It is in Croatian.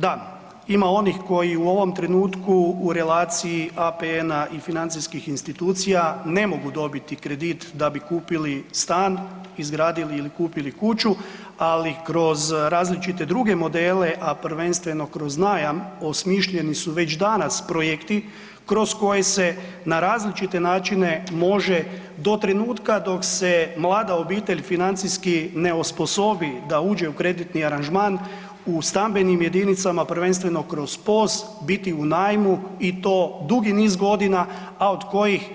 Da, ima onih koji u ovom trenutku u relaciji APN-a i financijskih institucija ne mogu dobiti kredit da bi kupili stan, izgradili ili kupili kuću, ali kroz različite druge modele, a prvenstveno kroz najam osmišljeni su već danas projekti kroz koje se na različite načine može do trenutka dok se mlada obitelj financijski ne osposobi da uđe u kreditni aranžman u stambenim jedinicama prvenstveno kroz POS biti u najmu i to dugi niz godina, a od kojih